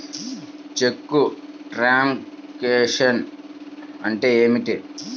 చెక్కు truncation అంటే ఏమిటి?